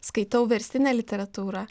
skaitau verstinę literatūrą